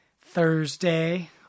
Thursday